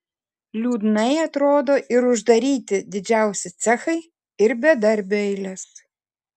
liūdnai atrodo ir uždaryti didžiausi cechai ir bedarbių eilės